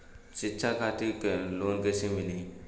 शिक्षा खातिर लोन कैसे मिली?